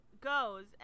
goes